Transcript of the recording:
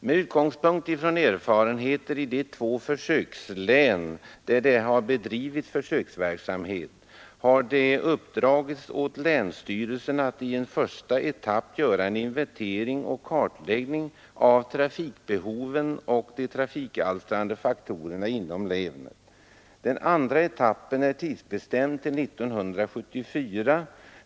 Med utgångspunkt från erfarenheterna i de två försökslän där det har bedrivits fö sverksamhet har det uppdragits åt länsstyrelserna att i en första etapp göra en inventering och kartläggning av trafikbehoven och av de trafikalstrande faktorerna inom länet. Den andra etappen är tidsbestämd till 1974.